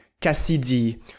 Cassidy